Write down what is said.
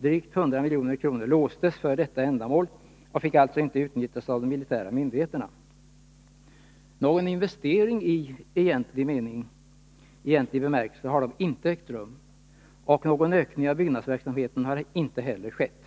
Drygt 100 milj.kr. låstes för detta ändamål och fick alltså inte utnyttjas av de militära myndigheterna. Någon investering i egentlig bemärkelse har dock inte ägt rum och någon ökning av byggnadsverksamheten har inte heller skett.